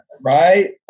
Right